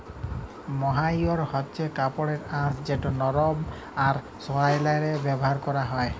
mohair হছে কাপড়ের আঁশ যেট লরম আর সোয়েটারে ব্যাভার ক্যরা হ্যয়